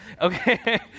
okay